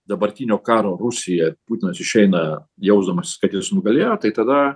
dabartinio karo rusija putinas išeina jausdamasis kad jis nugalėjo tai tada